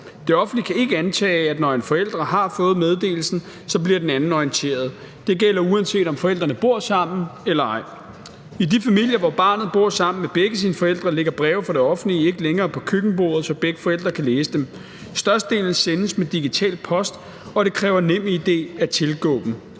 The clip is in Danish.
Det offentlige kan ikke antage, at den anden, når en forælder har fået meddelelsen, bliver orienteret. Det gælder, uanset om forældrene bor sammen eller ej. I de familier, hvor barnet bor sammen med begge sine forældre, ligger breve fra det offentlige ikke længere på køkkenbordet, så begge forældre kan læse dem. Størstedelen sendes med digital post, og det kræver NemID at tilgå dem.